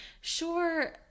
sure